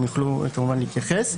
הם יוכלו כמובן להתייחס,